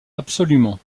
absolument